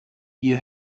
you